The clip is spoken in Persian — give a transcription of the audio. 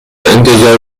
انتظار